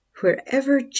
wherever